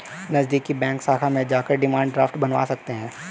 नज़दीकी बैंक शाखा में जाकर डिमांड ड्राफ्ट बनवा सकते है